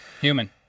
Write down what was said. Human